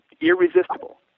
irresistible